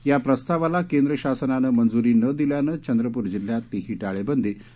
या प्रस्तावाला केंद्र शासनानं मंजुरी न दिल्यानं चंद्रपुर जिल्ह्यातली ही टाळेबंदी आता टळली आहे